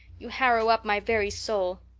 you harrow up my very soul.